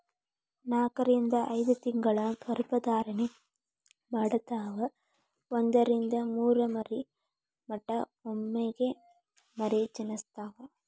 ನಾಕರಿಂದ ಐದತಿಂಗಳ ಗರ್ಭ ಧಾರಣೆ ಮಾಡತಾವ ಒಂದರಿಂದ ಮೂರ ಮರಿ ಮಟಾ ಒಮ್ಮೆಗೆ ಮರಿ ಜನಸ್ತಾವ